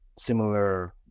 similar